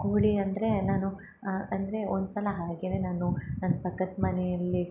ಕೋಳಿ ಅಂದರೆ ನಾನು ಅಂದರೆ ಒಂದ್ಸಲ ಹಾಗೆನೇ ನಾನು ನನ್ನ ಪಕ್ಕದ ಮನೆಯಲ್ಲಿ